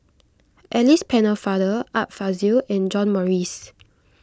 Alice Pennefather Art Fazil and John Morrice